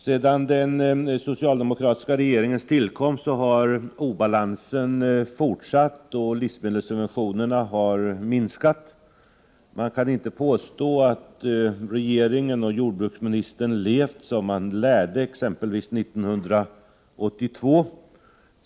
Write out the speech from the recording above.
Sedan den socialdemokratiska regeringens tillkomst har obalansen fortsatt, och livsmedelssubventionerna har minskat. Man kan inte påstå att regeringen och jordbruksministern levt som man lärde exempelvis 1982.